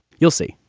you'll see.